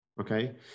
okay